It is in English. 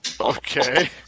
Okay